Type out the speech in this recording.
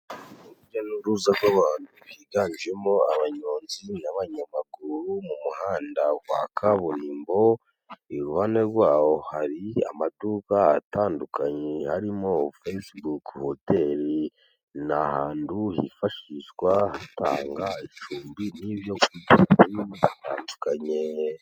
Urujya n'uruza rw'abantu biganjemo abanyozi n'abanyamaguru mu muhanda wa kaburimbo iruhande rwawo hari amaduka atandukanye harimo fesibuku hoteli , ni ahandu hifashishwa hatanga icumbi n'ibyo kurya bitandukanye.